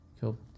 cool